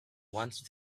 once